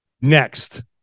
next